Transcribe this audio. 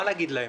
מה נגיד להם?